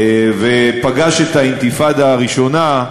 ופגש את האינתיפאדה הראשונה,